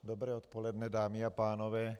Dobré odpoledne, dámy a pánové.